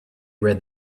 read